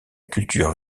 culture